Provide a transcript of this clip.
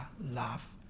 love